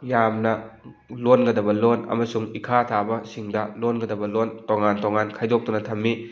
ꯌꯥꯝꯅ ꯂꯣꯟꯒꯗꯕ ꯂꯣꯟ ꯑꯃꯁꯨꯡ ꯏꯈꯥ ꯊꯥꯕꯁꯤꯡꯗ ꯂꯣꯟꯒꯗꯕ ꯂꯣꯟ ꯇꯣꯉꯥꯟ ꯇꯣꯉꯥꯟ ꯈꯥꯏꯗꯣꯛꯇꯨꯅ ꯊꯝꯃꯤ